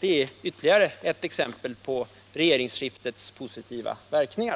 Det är ytterligare ett exempel på regeringsskiftets positiva verkningar.